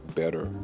better